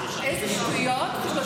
איזה שטויות, למה אכפת לך?